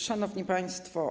Szanowni Państwo!